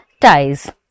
ties